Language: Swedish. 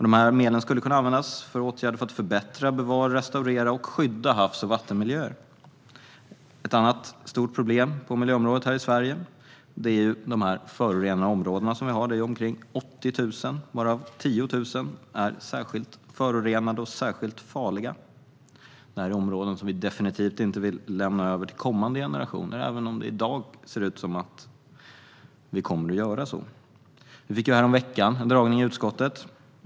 Dessa medel skulle kunna användas för åtgärder för att förbättra, bevara, restaurera och skydda havs och vattenmiljöer. Ett annat stort problem på miljöområdet i Sverige är de förorenade områden som finns. Det är omkring 80 000, varav 10 000 är särskilt förorenade och särskilt farliga. Det är områden som vi definitivt inte vill lämna över till kommande generationer, även om det i dag ser ut som att vi kommer att göra så. Vi fick häromveckan en dragning i utskottet.